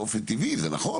באופן טבעי זה נכון,